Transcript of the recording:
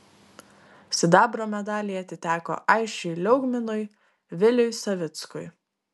sidabro medaliai atiteko aisčiui liaugminui viliui savickui